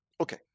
Okay